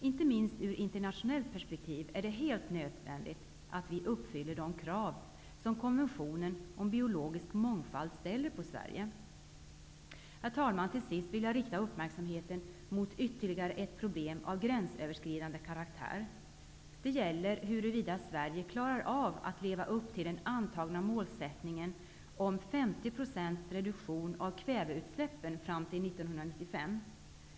Inte minst ur internationellt perspektiv är det helt nödvändigt att vi uppfyller de krav som konventionen om biologisk mångfald ställer på Sverige. Herr talman! Jag vill till sist rikta uppmärksamheten mot ytterligare ett problem av gränsöverskridande karaktär. Det gäller huruvida Sverige klarar att leva upp till den antagna målsättningen om 50 % reduktion av kväveutsläppen till 1995.